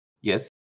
yes